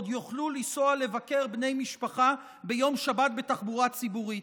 עוד יוכלו לנסוע לבקר בני משפחה ביום שבת בתחבורה ציבורית.